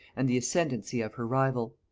and the ascendancy of her rival.